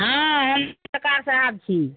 हँ हम पत्रकार साहब छी